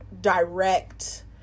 direct